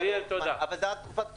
זה רק בתקופת הקורונה.